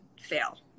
fail